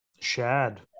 shad